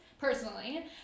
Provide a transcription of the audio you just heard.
personally